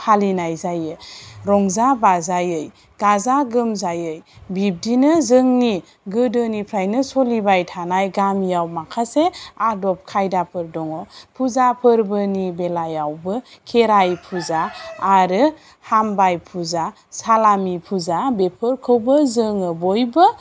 फालिनाय जायो रंजा बाजायै गाजा गोमजायै बिब्दिनो जोंनि गोदोनिफ्रायनो सलिबाय थानाय गामियाव माखासे आदब खायदाफोर दङ फुजा फोरबोनि बेलायावबो खेराइ फुजा आरो हामबाय फुजा सालामि फुजा बेफोरखौबो जोङो बयबो